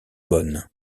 bonne